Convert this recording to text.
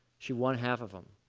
she won half of them.